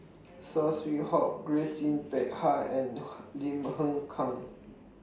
Saw Swee Hock Grace Yin Peck Ha and Lim Hng Kang